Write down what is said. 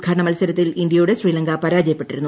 ഉദ്ഘാടന മൽസരത്തിൽ ഇന്ത്യയോട് ശ്രീലങ്ക പരാജയപ്പെട്ടിരുന്നു